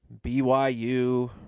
BYU